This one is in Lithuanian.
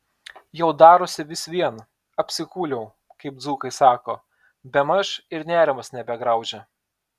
jau darosi vis vien apsikūliau kaip dzūkai sako bemaž ir nerimas nebegraužia